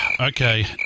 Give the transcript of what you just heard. Okay